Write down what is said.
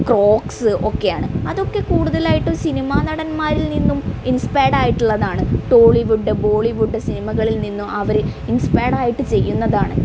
Crocs ഒക്കെയാണ് അതൊക്കെ കൂടുതലായിട്ടും സിനിമാനടന്മാരിൽ നിന്നും ഇൻസ്പേർഡായിട്ടുള്ളതാണ് ടോളിവുഡ് ബോളിവുഡ് സിനിമകളിൽ നിന്നും അവർ ഇൻസ്പേർഡായിട്ട് ചെയ്യുന്നതാണ്